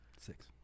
Six